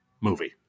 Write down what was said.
movie